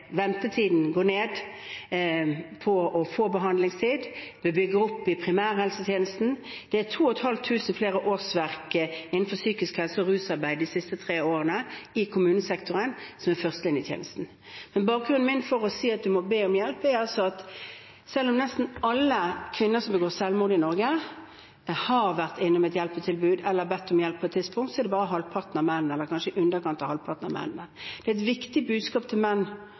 er 2 500 flere årsverk innenfor psykisk helse- og rusarbeid de siste tre årene i førstelinjetjenesten i kommunesektoren. Bakgrunnen min for å si at de må be om hjelp, er at mens nesten alle kvinner som begår selvmord i Norge, har vært innom et hjelpetilbud eller bedt om hjelp på et tidspunkt, er det bare halvparten, eller kanskje i underkant av halvparten, av mennene som har bedt om hjelp. Det er et viktig budskap til menn